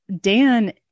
Dan